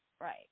right